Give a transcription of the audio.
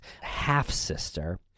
half-sister